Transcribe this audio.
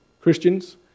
Christians